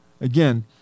again